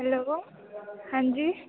hello हाँ जी